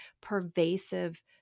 pervasive